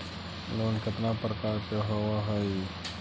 Loan केतना प्रकार के होव हइ?